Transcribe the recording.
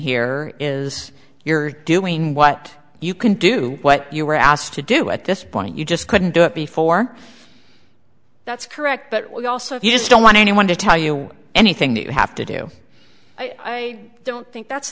here is you're doing what you can do what you were asked to do at this point you just couldn't do it before that's correct but we also if you just don't want anyone to tell you anything that you have to do i don't think that's